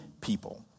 people